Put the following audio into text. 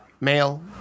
male